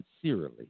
sincerely